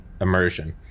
immersion